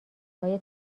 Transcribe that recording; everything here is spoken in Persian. های